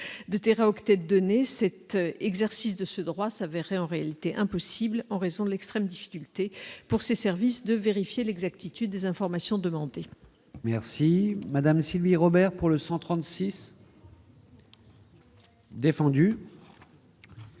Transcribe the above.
de téraoctets de données cet exercice de ce droit s'avérait en réalité impossible en raison de l'extrême difficulté pour ses services de vérifier l'exactitude des informations demandées. Merci madame Sylvie Robert pour le 136. Défendue.